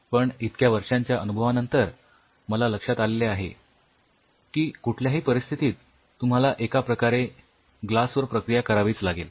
पण इतक्या वर्षांच्या अनुभवानंतर मला लक्षात आलेले आहे की कुठल्याही परिस्थितीत तुम्हाला एका प्रकारे ग्लास वर प्रक्रिया करावीच लागेल